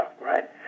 right